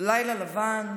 לילה לבן,